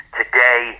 today